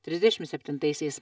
trisdešim septintaisiais